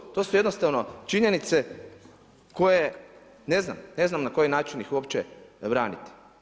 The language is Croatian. To su, to su jednostavno činjenice koje, ne znam, ne znam na koji način ih uopće braniti.